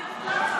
גם בלילה הזה.